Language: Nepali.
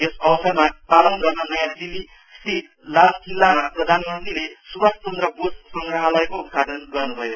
यस अवसरलाई पालन गर्न नयाँ दिल्ली स्थित लाल किल्लामा प्रधान मन्त्रीले सुबाष चन्द्र बोस संग्रहालयको उद्घाटन गर्नुभयो